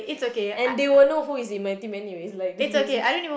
and they will know who is in my team anyways